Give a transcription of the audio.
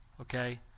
Okay